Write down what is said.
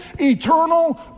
eternal